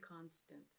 constant